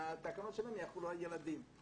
והתקנות שלהם יחולו על ילדים.